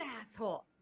asshole